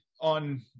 on